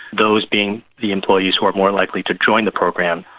those being the employees who are more likely to join the program.